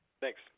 Thanks